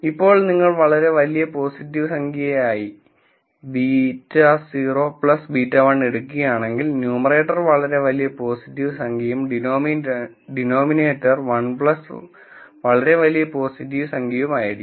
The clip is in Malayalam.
ഇപ്പോൾ നിങ്ങൾ വളരെ വലിയ പോസിറ്റീവ് സംഖ്യയായി β0 β1 എടുക്കുകയാണെങ്കിൽ ന്യൂമറേറ്റർ വളരെ വലിയ പോസിറ്റീവ് സംഖ്യയും ഡിനോമിനേറ്റർ 1 വളരെ വലിയ പോസിറ്റീവ് സംഖ്യയും ആയിരിക്കും